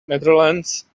netherlands